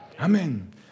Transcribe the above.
Amen